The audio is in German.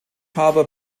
harbour